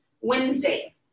Wednesday